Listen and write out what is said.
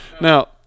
Now